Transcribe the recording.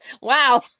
Wow